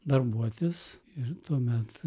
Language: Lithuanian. darbuotis ir tuomet